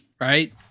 right